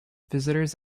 visitors